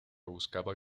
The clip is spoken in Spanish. buscaba